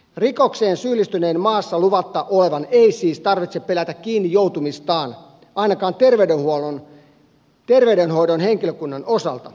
rikokseen syyllistyneen maassa luvatta olevan ei siis tarvitse pelätä kiinni joutumistaan ainakaan terveydenhoidon henkilökunnan osalta